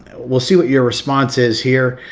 we'll see what your response is here.